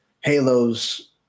Halo's